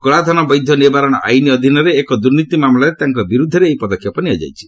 କଳାଧନ ବୈଧ ନିବାରଣ ଆଇନ୍ ଅଧୀନରେ ଏକ ଦୁର୍ନୀତି ମାମଲାରେ ତାଙ୍କ ବିରୁଦ୍ଧରେ ଏହି ପଦକ୍ଷେପ ନିଆଯାଇଛି